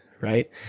Right